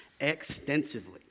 extensively